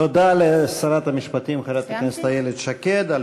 תודה לשרת המשפטים חברת הכנסת שקד על